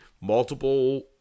multiple